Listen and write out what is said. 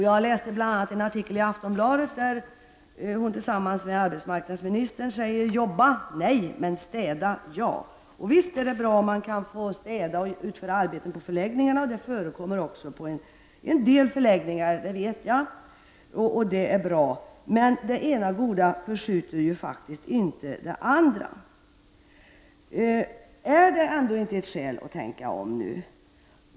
Jag har bl.a. läst en artikel i Aftonbladet, där hon tillsammans med arbetsmarknadsministern säger: Jobba, nej, men städa, ja. Visst är det bra om man kan få städa och utföra arbete på förläggningarna. Jag vet att det förekommer på en del förläggningar, och det är bra. Men det ena goda förskjuter faktiskt inte det andra. Finns det ändå inte skäl att tänka om nu?